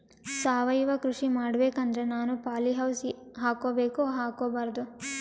ಸಾವಯವ ಕೃಷಿ ಮಾಡಬೇಕು ಅಂದ್ರ ನಾನು ಪಾಲಿಹೌಸ್ ಹಾಕೋಬೇಕೊ ಹಾಕ್ಕೋಬಾರ್ದು?